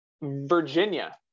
Virginia